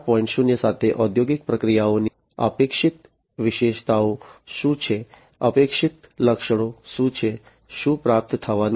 0 સાથે ઔદ્યોગિક પ્રક્રિયાઓની અપેક્ષિત વિશેષતાઓ શું છે અપેક્ષિત લક્ષણો શું છે શું પ્રાપ્ત થવાનું છે